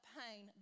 pain